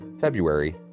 February